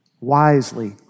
wisely